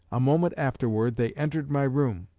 a moment afterward they entered my room.